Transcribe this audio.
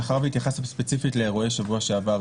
מאחר והתייחסת ספציפית לאירועי שבוע שעבר,